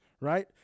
right